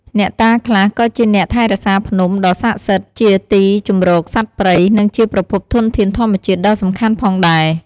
អ្នកតាខ្លះក៏ជាអ្នកថែរក្សាភ្នំ ដ៏ស័ក្ដិសិទ្ធិ ជាទីជម្រកសត្វព្រៃ និងជាប្រភពធនធានធម្មជាតិដ៏សំខាន់ផងដែរ។